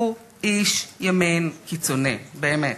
הוא איש ימין קיצוני, באמת,